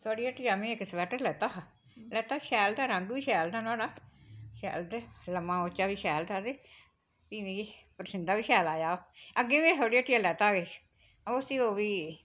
थुआढ़ी हट्टिया मै इक स्वैटर लैता हा लैता शैल ते रंग बी शैल हा नुहाड़ा शैल ते लम्मां उच्चा बी शैल फ्ही मिगी परसिंदा बी शैल आया हा अग्गें बी थुआढ़ी हट्टिया लैता किश औसती ओह् बी